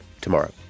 tomorrow